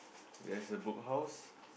yes a Book House